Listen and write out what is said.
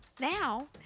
now